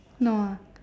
no ah